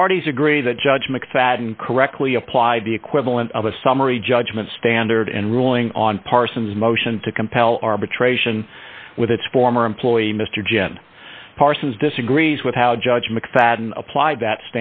the parties agree the judge mcfadden correctly applied the equivalent of a summary judgment standard and ruling on parsons motion to compel arbitration with its former employee mr jim parsons disagrees with how judge mcfadden applied that